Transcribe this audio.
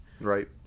right